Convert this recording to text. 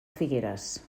figueres